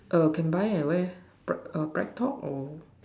err can buy at where bread err bread talk or